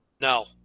no